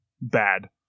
bad